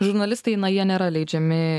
žurnalistai na jie nėra leidžiami